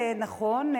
נכון,